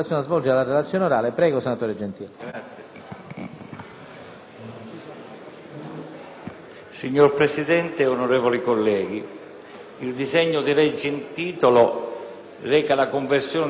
Signor Presidente, onorevoli colleghi, il disegno di legge in titolo reca la conversione del decreto-legge 25 settembre